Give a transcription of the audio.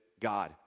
God